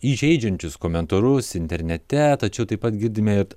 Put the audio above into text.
įžeidžiančius komentarus internete tačiau taip pat girdime ir